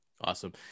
Awesome